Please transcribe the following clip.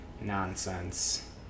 nonsense